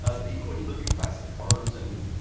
ah but even when you look at classic cars, i mean,